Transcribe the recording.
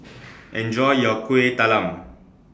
Enjoy your Kuih Talam